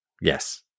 Yes